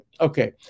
Okay